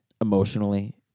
emotionally